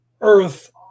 Earth